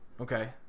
Okay